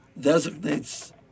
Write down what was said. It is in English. designates